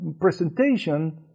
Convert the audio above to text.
presentation